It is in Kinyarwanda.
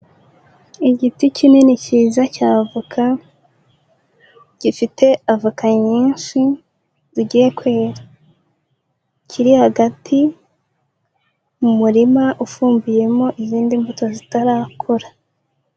Igiti kinini cyiza cy'avoka, gifite avoka nyinshi zigiye kwera, kiri hagati mu murima ufumbiyemo izindi mbuto zitarakura.